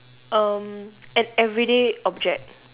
um an everyday object